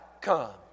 come